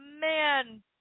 man